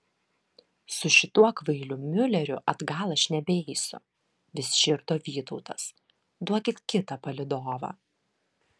su šituo kvailiu miuleriu atgal aš nebeisiu vis širdo vytautas duokit kitą palydovą